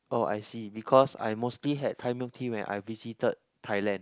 oh I see because I mostly had Thai milk tea when I visited Thailand